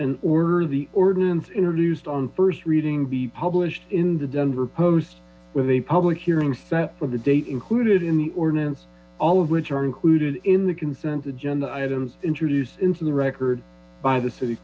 and order the ordinance introduced on first reading the published in the denver post with a public hearing set for the date included in the ordinance all of which are included in the consent agenda items introduced into the record by the city